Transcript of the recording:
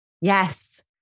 Yes